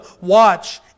watch